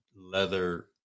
leather